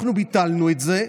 אנחנו ביטלנו את זה.